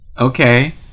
Okay